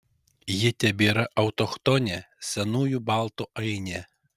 ji tebėra autochtonė senųjų baltų ainė